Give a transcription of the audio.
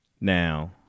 Now